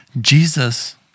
Jesus